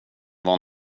vara